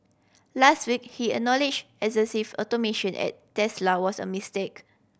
last week he acknowledged excessive automation at Tesla was a mistake